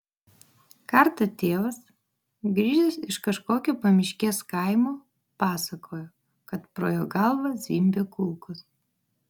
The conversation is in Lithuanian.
kartą tėvas grįžęs iš kažkokio pamiškės kaimo pasakojo kad pro jo galvą zvimbė kulkos